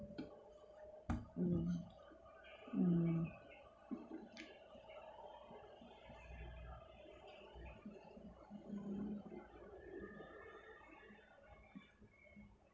mm mm